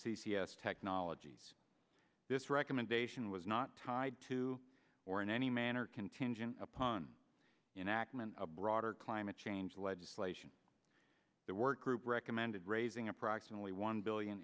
s technologies this recommendation was not tied to or in any manner contingent upon in ackman a broader climate change legislation the work group recommended raising approximately one billion